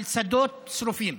על שדות שרופים.